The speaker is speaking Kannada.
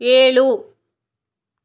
ಏಳು